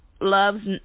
loves